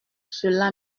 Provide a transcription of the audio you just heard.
cela